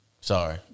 Sorry